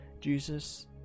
Jesus